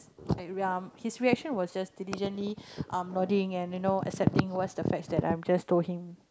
um he's reaction was just diligently um nodding and you know accepting what's the facts that I'm just told him